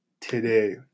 today